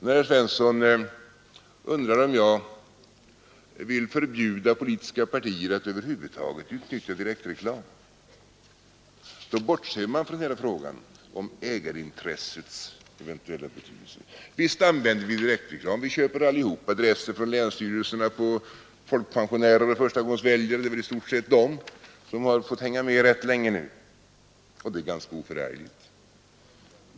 När herr Svensson i Eskilstuna undrar om jag vill förbjuda politiska partier att över huvud taget använda direktreklam bortser han från hela frågan om ägarintressets eventuella betydelse. Visst använder vi direktreklam. Vi köper allesammans adresser från länsstyrelserna på folkpensionärer och förstagångsväljare — det är väl i stort sett de som fått hänga med rätt länge nu. Och det är ganska oförargligt.